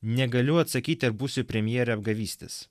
negaliu atsakyti ar būsiu premjere apgavystės